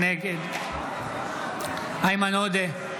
נגד איימן עודה,